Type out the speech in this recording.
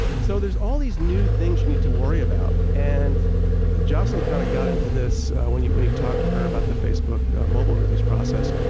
so there's all these new things you need to worry about. and jocelyn kind of got into this when you when you talked to her about the facebook mobile release process.